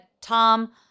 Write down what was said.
Tom